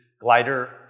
glider